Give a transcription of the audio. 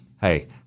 Hey